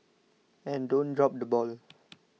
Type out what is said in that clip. and don't drop the ball